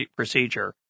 procedure